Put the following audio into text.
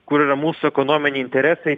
kur yra mūsų ekonominiai interesai